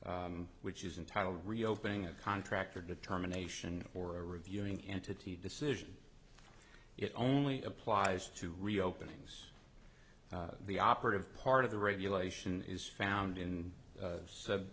which is entitled reopening a contractor determination or a reviewing entity decision it only applies to reopening the operative part of the regulation is found in